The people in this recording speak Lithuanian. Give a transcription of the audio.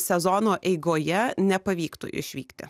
sezono eigoje nepavyktų išvykti